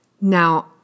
Now